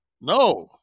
No